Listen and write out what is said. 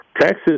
Texas